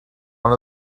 one